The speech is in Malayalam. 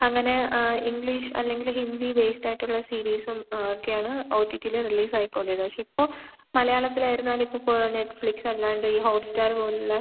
അങ്ങനെ ആ ഇംഗ്ലീഷ് അല്ലെങ്കിൽ ഹിന്ദി ബേസ്ഡായിട്ടുള്ള സിരീസും ഒക്കെയാണ് ഒ ടി ടിയിൽ റിലീസായിക്കൊണ്ടിരുന്നത് പക്ഷേ ഇപ്പം മലയാളത്തിലായിരുന്നാൽ ഇപ്പോൾ ഇപ്പോൾ നെറ്റ്ഫ്ലിക്സ് അല്ലാണ്ട് ഈ ഹോട്ട്സ്റ്റാറ് പോലുള്ള